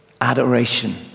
adoration